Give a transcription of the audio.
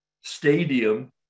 stadium